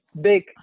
big